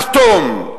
לחתום.